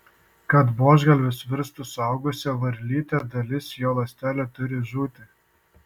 kad buožgalvis virstų suaugusia varlyte dalis jo ląstelių turi žūti